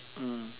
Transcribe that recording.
mm